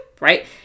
right